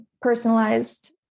personalized